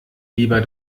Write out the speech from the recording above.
lieber